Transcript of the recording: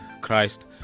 Christ